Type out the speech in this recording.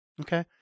Okay